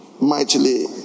mightily